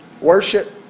Worship